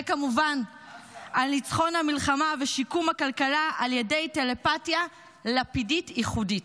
וכמובן על ניצחון במלחמה ושיקום הכלכלה על ידי טלפתיה לפידית ייחודית,